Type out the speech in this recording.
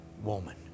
woman